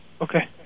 Okay